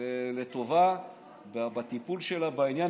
לטובה בטיפול שלה בעניין,